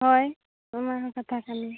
ᱦᱳᱭ ᱚᱱᱟ ᱦᱚᱸ ᱠᱟᱛᱷᱟ ᱠᱟᱱ ᱜᱮᱭᱟ